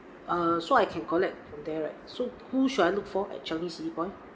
err so I can collect from there right so who should I look for at changi city point